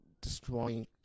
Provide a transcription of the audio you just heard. Destroying